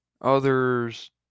Others